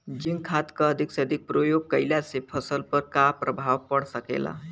Zinc खाद क अधिक से अधिक प्रयोग कइला से फसल पर का प्रभाव पड़ सकेला?